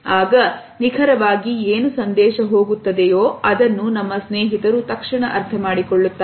ಆಗ ನಿಖರವಾಗಿ ಏನು ಸಂದೇಶ ಹೋಗುತ್ತದೆಯೋ ಅದನ್ನು ನಮ್ಮ ಸ್ನೇಹಿತರು ತಕ್ಷಣ ಅರ್ಥಮಡಿಕೊಳ್ಳುತ್ತಾರೆ